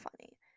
funny